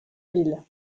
ville